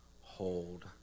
Hold